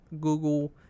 Google